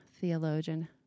theologian